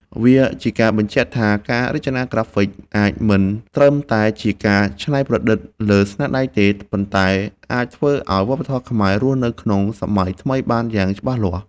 វាជាការបញ្ជាក់ថា ការរចនាក្រាហ្វិកអាចមិនត្រឹមតែជាការច្នៃប្រឌិតលើស្នាដៃទេ ប៉ុន្តែអាចធ្វើឲ្យវប្បធម៌ខ្មែររស់នៅក្នុងសម័យថ្មីបានយ៉ាងច្បាស់លាស់។